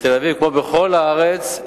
בתל-אביב כמו בכל הארץ,